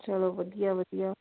ਚੱਲੋ ਵਧੀਆ ਵਧੀਆ